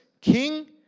king